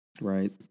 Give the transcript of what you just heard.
Right